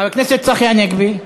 חבר הכנסת צחי הנגבי?